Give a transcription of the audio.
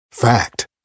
Fact